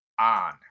on